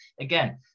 Again